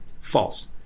False